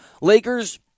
Lakers